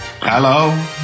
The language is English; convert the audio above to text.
Hello